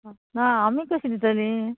ना आमी कशी दिताली